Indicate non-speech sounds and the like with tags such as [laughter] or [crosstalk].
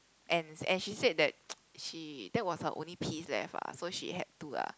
ants and she said that [noise] she that was her only piece left lah so she had to lah